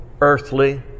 earthly